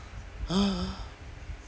!huh!